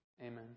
Amen